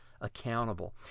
accountable